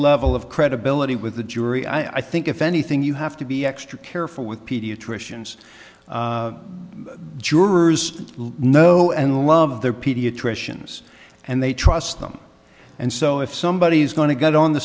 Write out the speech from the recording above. level of credibility with the jury i think if anything you have to be extra careful with pediatricians jurors who know and love their pediatricians and they trust them and so if somebody is going to get on the